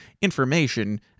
information